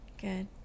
good